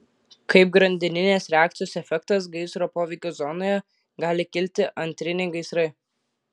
kaip grandininės reakcijos efektas gaisro poveikio zonoje gali kilti antriniai gaisrai